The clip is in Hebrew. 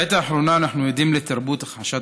בעת האחרונה אנחנו עדים לתרבות הכחשת